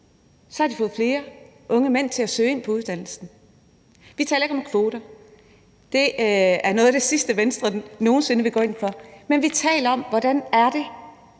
på, har fået flere unge mænd til at søge ind på uddannelsen. Vi taler ikke om kvoter. Det er noget af det sidste, Venstre nogen sinde vil gå ind for, men vi taler om, hvordan det